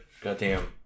goddamn